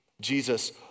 Jesus